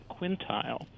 quintile